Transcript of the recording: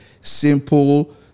Simple